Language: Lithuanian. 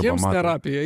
jiem terapija